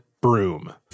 broom